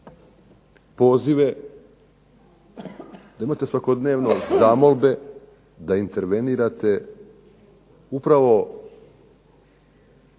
pozive, da imate svakodnevno zamolbe da intervenirate upravo